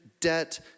debt